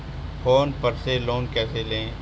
Phone पर से loan कैसे लें?